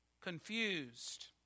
confused